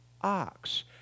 ox